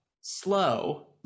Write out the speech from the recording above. slow